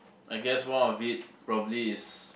I guess one of it probably is